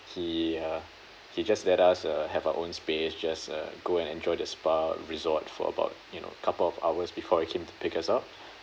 he uh he just let us uh have our own space just uh go and enjoy the spa resort for about you know couple of hours before he came to pick us up